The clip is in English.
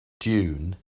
dune